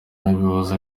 nabivuze